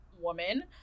woman